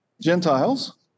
Gentiles